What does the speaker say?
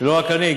ולא רק אני,